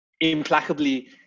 implacably